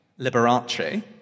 Liberace